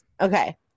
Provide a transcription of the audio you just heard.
Okay